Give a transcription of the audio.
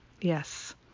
yes